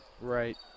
Right